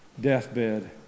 deathbed